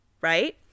right